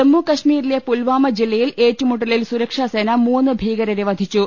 ജമ്മുകശ്മീരിലെ പുൽവാമ ജില്ലയിൽ ഏറ്റുമുട്ടലിൽ സുരക്ഷാ സേന മൂന്ന് ഭീകരരെ വധിച്ചു